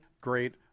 great